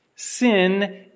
Sin